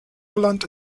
irland